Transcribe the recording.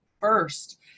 first